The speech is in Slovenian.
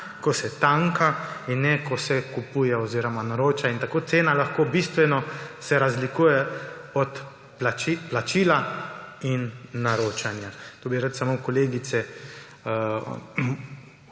ko se tanka; in ne, ko se kupuje oziroma naroča. In tako se cena lahko bistveno razlikuje od plačila in naročanja. To bi rad samo kolegice